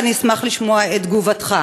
ואני אשמח לשמוע את תגובתך.